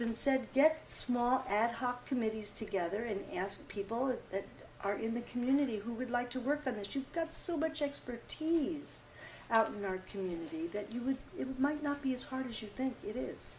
been said get small ad hoc committees together and ask people that are in the community who would like to work with us you've got so much expertise out in our community that you would it might not be as hard as you think it is